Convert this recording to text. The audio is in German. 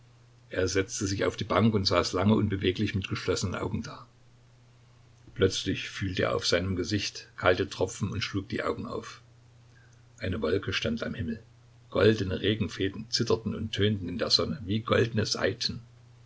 er setzte sich auf die bank und saß lange unbeweglich mit geschlossenen augen da plötzlich fühlte er auf seinem gesicht kalte tropfen und schlug die augen auf eine wolke stand am himmel goldene regenfäden zitterten und tönten in der sonne wie goldene saiten